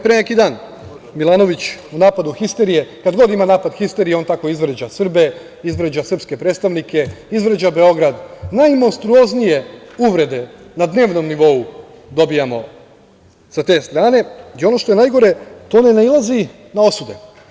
Pre neki dan, Milanović u napadu histerije, kad god ima napad histerije on tako izvređa Srbe, izvređa srpske predstavnike, izvređa Beograd, najmonstruoznije uvrede na dnevnom nivou dobijamo sa te strane i ono što je najgore, to ne nailazi na osude.